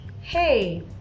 hey